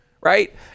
Right